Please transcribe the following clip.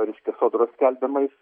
reiškia sodros skelbiamais